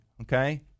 okay